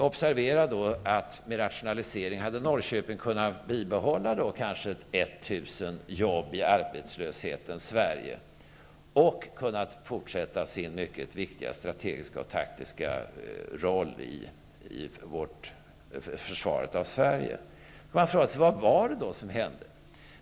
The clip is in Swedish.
Observera att man med en rationalisering i Norrköping hade kunnat bibehålla kanske 1 000 jobb i arbetslöshetens Sverige och kunnat fortsätta sin mycket viktiga strategiska och taktiska roll i försvaret av Sverige. Vad var det då som hände?